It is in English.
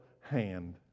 hand